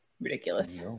ridiculous